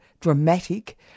dramatic